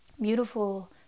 beautiful